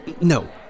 No